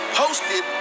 posted